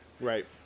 Right